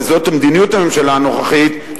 וזאת מדיניות הממשלה הנוכחית,